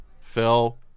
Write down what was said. Phil